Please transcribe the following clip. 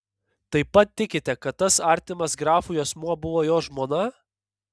taip pat tikite kad tas artimas grafui asmuo buvo jo žmona